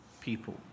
people